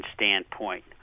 standpoint